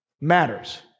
Matters